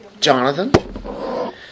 Jonathan